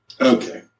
Okay